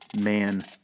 man